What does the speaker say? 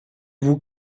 vous